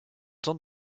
donc